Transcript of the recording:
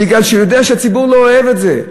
בגלל שהוא יודע שהציבור לא אוהב את זה.